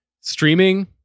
streaming